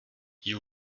you